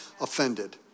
offended